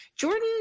Jordan